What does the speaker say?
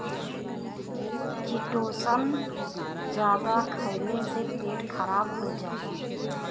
chitosan जादा खइले से पेट खराब हो जाला